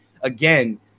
again